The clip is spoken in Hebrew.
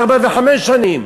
וארבע וחמש שנים.